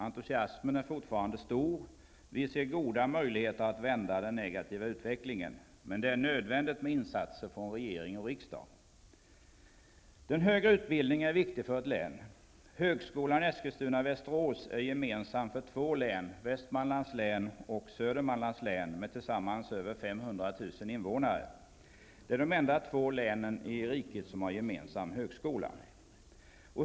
Entusiasmen är fortfarande stor. Vi ser goda möjligheter att vända den negativa utvecklingen. Men det är nödvändigt med insatser från regering och riksdag. Den högre utbildningen är viktig för ett län. Högskolan Eskilstuna/Västerås är gemensam för två län; Västmanlands län och Södermanlands län med tillsammans över 500 000 invånare. Det är de enda två länen i riket som har gemensam högskola.